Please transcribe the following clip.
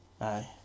Aye